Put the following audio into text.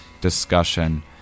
discussion